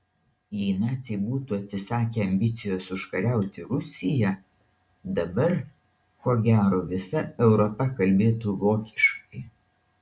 jei naciai būtų atsisakę ambicijos užkariauti rusiją dabar ko gero visa europa kalbėtų vokiškai